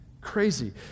Crazy